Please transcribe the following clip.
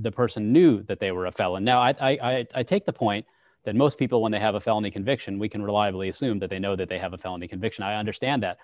the person knew that they were a felon now i take the point that most people when they have a felony conviction we can reliably assume that they know that they have a felony conviction i understand that